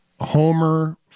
Homer